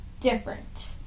different